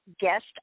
guest